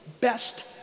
best